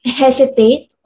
hesitate